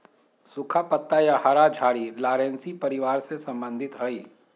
सुखा पत्ता या हरा झाड़ी लॉरेशी परिवार से संबंधित हइ